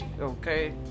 okay